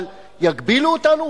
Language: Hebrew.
יגבילו אותנו,